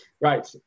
right